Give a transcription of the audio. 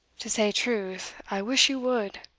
to say truth, i wish you would.